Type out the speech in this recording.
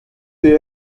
des